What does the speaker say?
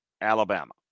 Alabama